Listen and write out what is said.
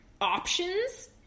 options